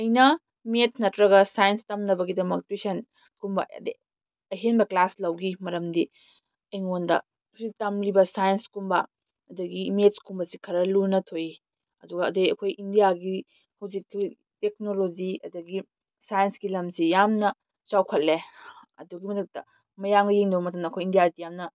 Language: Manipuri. ꯑꯩꯅ ꯃꯦꯠ ꯅꯠꯇ꯭ꯔꯒ ꯁꯥꯏꯟꯁ ꯇꯝꯅꯕꯒꯤꯗꯃꯛ ꯇꯨꯏꯁꯟ ꯒꯨꯝꯕ ꯑꯍꯦꯟꯕ ꯀꯂꯥꯁ ꯂꯧꯈꯤ ꯃꯔꯝꯗꯤ ꯑꯩꯉꯣꯟꯗ ꯍꯧꯖꯤꯛ ꯇꯝꯂꯤꯕ ꯁꯥꯏꯟꯁ ꯀꯨꯝꯕ ꯑꯗꯒꯤ ꯃꯦꯠꯁ ꯀꯨꯝꯕ ꯁꯤ ꯈꯔ ꯂꯨꯅ ꯊꯣꯛꯏ ꯑꯗꯨꯒ ꯑꯗꯩ ꯑꯩꯈꯣꯏ ꯏꯟꯗꯤꯌꯥꯒꯤ ꯍꯧꯖꯤꯛꯇꯤ ꯇꯦꯛꯅꯣꯂꯣꯖꯤ ꯑꯗꯒꯤ ꯁꯥꯏꯟꯁꯀꯤ ꯂꯝꯁꯤ ꯌꯥꯝꯅ ꯆꯥꯎꯈꯠꯂꯦ ꯑꯗꯨꯒꯤ ꯃꯊꯛꯇ ꯃꯌꯥꯝꯒ ꯌꯦꯡꯅꯔꯨꯕ ꯃꯇꯝꯗ ꯑꯩꯈꯣꯏ ꯏꯟꯗꯤꯌꯥꯗꯤ ꯌꯥꯝꯅ